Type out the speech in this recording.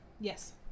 Yes